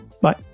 Bye